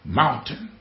mountain